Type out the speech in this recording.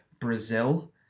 brazil